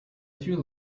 through